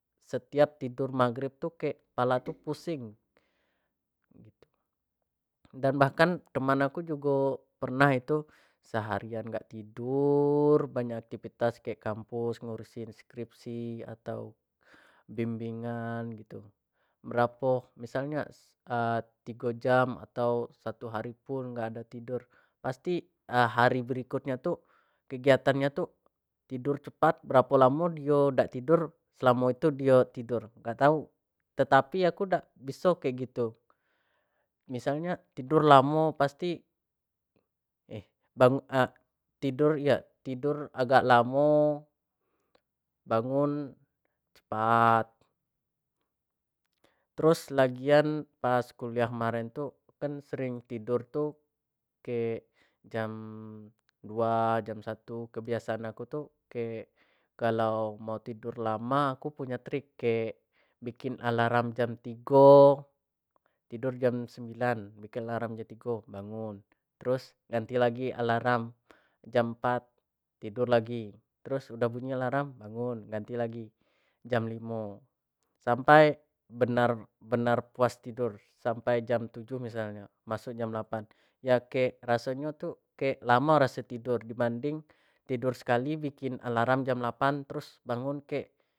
Setiap tidur magrib tuh kek kepalanya pusing dan bahkan teman aku juga pernah itu seharian nggak tidur banyak aktivitas kayak kampus ngurusin skripsi atau bimbingan gitu merampok misalnya 3 jam atau 1 hari pun nggak ada tidur pasti hari berikutnya tuh kegiatannya tuh tidur cepat berapa lama dia tidak tidur selama itu dia tidur enggak tahu tetapi aku tidak bisa kayak gitu misalnya tidur lama pasti tidur ya tidur agak lama bangun cepat terus lagian pas kuliah kemarin tuh kan sering tidur tuh kayak jam 02. 00 jam 01. 00 kebiasaan aku tuh kayak kalau mau tidur lama aku punya trike bikin alarm jam 03. 00 tidur jam 09. 00 bikin alarm jadi kok bangun terus ganti lagi alarm jam 04. 00 tidur lagi terus udah bunyi alarm bangun ganti lagi jam 05. 00 sampai benar benar puas tidur sampai jam 7 misalnya masuk jam 08. 00 ya kek rasanya tuh kayak lama rasa tidur di banting tidur sekali bikin alarm jam 08. 00